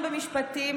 במשפטים,